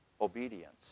obedience